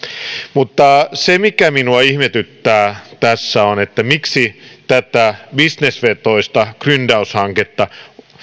mutta se mikä minua ihmetyttää tässä on se miksi tätä bisnesvetoista gryndaushanketta